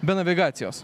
be navigacijos